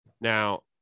Now